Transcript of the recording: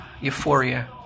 Euphoria